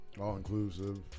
All-inclusive